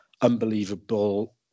unbelievable